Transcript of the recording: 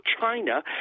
China